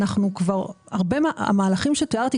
המהלכים שתיארתי,